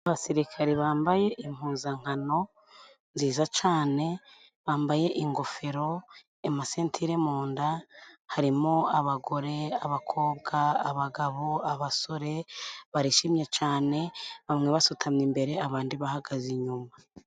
Abasirikare bambaye impuzankano nziza cane bambaye ingofero, amasentire munda harimo abagore, abakobwa, abagabo, abasore barishimye cane bamwe basutamye imbere abandi bahagaze inyuma.